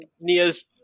Nia's